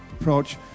approach